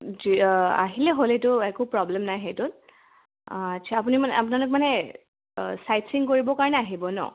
আহিলেই হ'ল সেইটো একো প্ৰব্লেম নাই সেইটোত আচ্ছা আপুনি মানে আপোনালোক মানে চাইটচিং কৰিবৰ কাৰণে আহিব ন